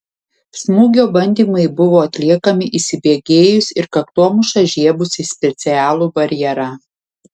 smūgio bandymai buvo atliekami įsibėgėjus ir kaktomuša žiebus į specialų barjerą